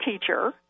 teacher